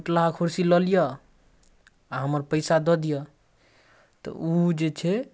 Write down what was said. टुटलाहा कुरसी लऽ लिअऽ आओर हमर पइसा दऽ दिअऽ तऽ ओ जे छै